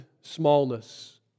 smallness